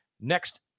Next